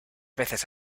veces